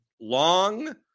long